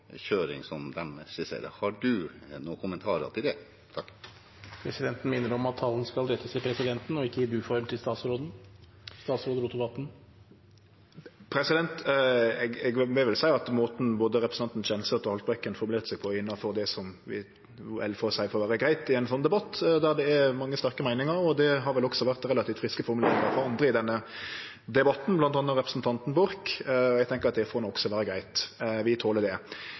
kjøring som det de skisserer. Har du noen kommentarer til det? Presidenten minner om at talen skal rettes til presidenten og ikke i du-form til statsråden. Eg vil vel seie at måten både representanten Kjenseth og representanten Haltbrekken formulerte seg på, er innanfor det vi kan seie får vere greitt i ein debatt der det er mange sterke meiningar. Det har også vore relativt friske formuleringar frå andre i denne debatten, bl.a. representanten Borch. Eg tenkjer at det får også vere greitt. Vi toler det.